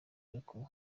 barekuwe